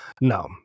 No